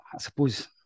suppose